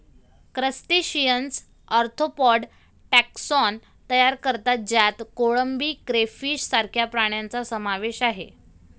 crustaceans arthropod taxon तयार करतात ज्यात कोळंबी, क्रेफिश सारख्या प्राण्यांचा समावेश आहे